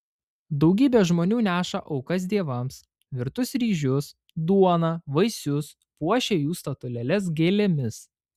daugybė žmonių neša aukas dievams virtus ryžius duoną vaisius puošia jų statulėles gėlėmis